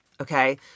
Okay